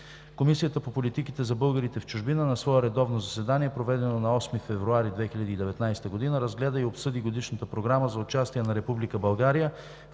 Комисията по политиките за българите в чужбина на свое редовно заседание, проведено на 8 февруари 2019 г., разгледа и обсъди Годишната програма за участие на